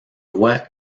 roi